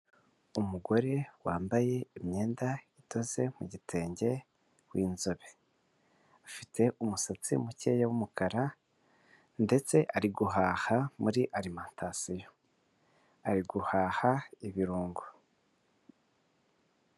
Umugore wambaye imyenda idoze mu gitenge w'inzobe. afite umusatsi mukeya w'umukara, ndetse ari guhaha muri alimantasiyo. Ari guhaha ibirungo.